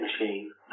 machine